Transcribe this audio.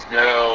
no